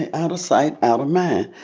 and out of sight, out of mind.